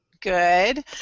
Good